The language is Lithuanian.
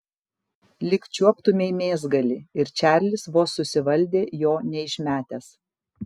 lyg čiuoptumei mėsgalį ir čarlis vos susivaldė jo neišmetęs